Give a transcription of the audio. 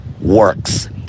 works